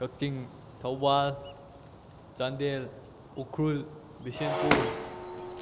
Kakching Thoubal Chandel Ukhrul Bishnupur